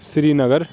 Sri Nagar